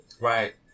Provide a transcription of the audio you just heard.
Right